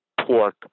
pork